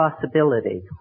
possibility